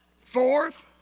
Fourth